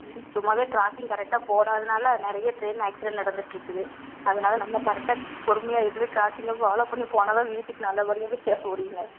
சும்மாவே கிராஸிங் கரெக்டாக போடாததுனால நிறைய டிரெயின் ஆக்சிடண்ட் நடந்துகிட்டு இருக்குது அதுனால் நம்ம கரெக்டாக பொறுமையாக இருந்து கிராஸிங்கை ஃபாலோவ் பண்ணி போனால் தான் வீட்டுக்கு நல்லபடியாக போய் சேர முடியும்ங்க